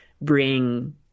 bring